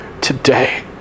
today